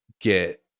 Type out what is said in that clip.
get